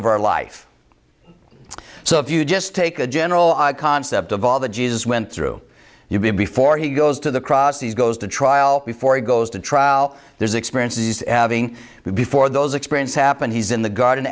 of our life so if you just take a general concept of all that jesus went through you before he goes to the cross these goes to trial before he goes to trial there's experiences having before those experience happened he's in the garden